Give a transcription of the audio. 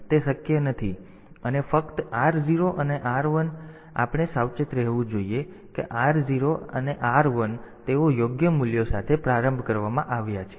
તેથી તે શક્ય નથી અને ફક્ત R0 અને R1 અને આપણે સાવચેત રહેવું જોઈએ કે R0 અને R1 તેઓ યોગ્ય મૂલ્યો સાથે પ્રારંભ કરવામાં આવ્યા છે